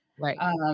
Right